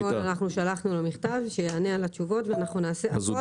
אתמול שלחנו לו מכתב שיענה לנו תשובות ואנחנו נעשה הכול